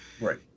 Right